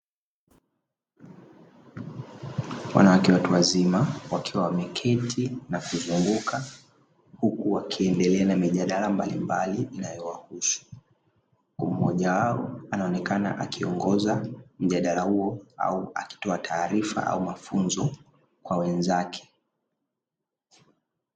Wanawake watu wazima wakiwa wameketi na kuzunguka huku wakiendelea na mijadala mbalimbali inayowahusu mmoja wao anaonekana akiongoza mjadala huo au akitoa taarifa au mafunzo kwa wenzake.